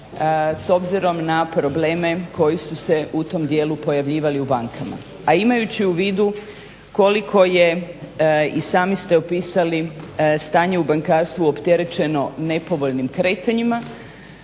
s obzirom na probleme koji su se pojavljivali u tom dijelu u bankama. A imajući u vidu koliko je i sami ste upisali stanje u bankarstvu opterećeno nepovoljnim kretanjima,